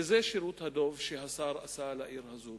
זה שירות דוב שהשר עשה לעיר הזאת.